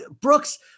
Brooks